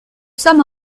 sommes